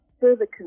further